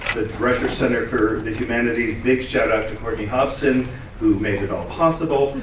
the dresher center for the humanities, big shout out to courtney hobson who made it all possible,